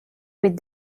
with